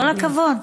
כל הכבוד.